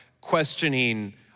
questioning